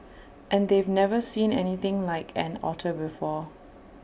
and they've never seen anything like an otter before